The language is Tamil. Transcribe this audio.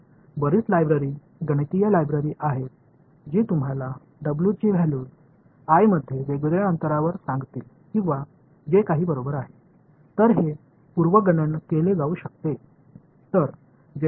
உண்மையில் பல கணித நூலகங்கள் உள்ளன அவை பல்வேறுவற்றிற்கான w இன் மதிப்புகளை உங்களுக்குச் சொல்லும் அதாவது பல்வேறு இடைவெளிகளை அல்லது எதுவாக இருந்தாலும்